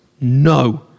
no